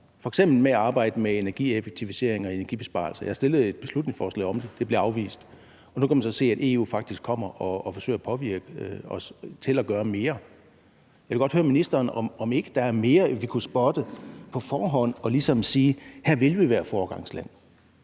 for langsomme, f.eks. i arbejdet med energieffektivisering og energibesparelse. Jeg har fremsat et beslutningsforslag om det, og det blev afvist. Nu kan man så se, at EU faktisk kommer og forsøger at påvirke os til at gøre mere. Jeg vil godt høre ministeren, om ikke der var mere, vi kunne spotte på forhånd og ligesom sige, at her vil vi være foregangsland.